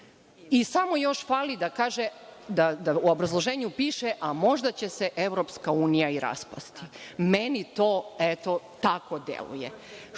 i samo još fali da kaže, da u obrazloženju piše – a možda će se EU i raspasti. Meni to, eto, tako deluje. Što